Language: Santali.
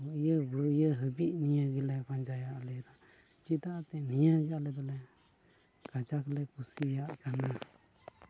ᱤᱭᱟᱹ ᱤᱭᱟᱹ ᱦᱟᱹᱵᱤᱡ ᱱᱤᱭᱟᱹ ᱜᱮᱞᱮ ᱯᱟᱸᱡᱟᱭᱟ ᱟᱞᱮ ᱫᱚ ᱪᱮᱫᱟᱜ ᱮᱱᱛᱮᱫ ᱱᱤᱭᱟᱹᱜᱮ ᱟᱞᱮ ᱫᱚᱞᱮ ᱠᱟᱡᱟᱠ ᱞᱮ ᱠᱩᱥᱤᱭᱟᱜ ᱠᱟᱱᱟ